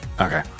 Okay